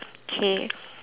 K